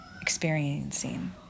experiencing